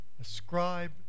Ascribe